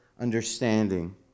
understanding